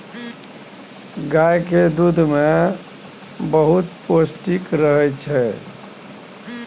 गाएक दुध मे बड़ पौष्टिक छै